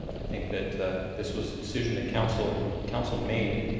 i think that this was a decision that council council made